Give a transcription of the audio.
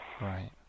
Right